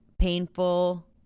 painful